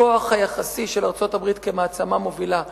הכוח היחסי של ארצות-הברית כמעצמה מובילה יורד.